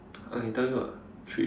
I can tell you ah three